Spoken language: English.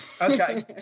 Okay